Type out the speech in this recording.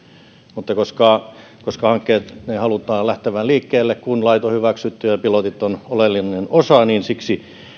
mutta koska koska hankkeiden halutaan lähtevän liikkeelle kun lait on hyväksytty ja ja pilotit ovat oleellinen osa niin siksi